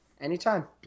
anytime